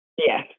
Yes